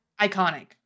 Iconic